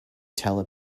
tell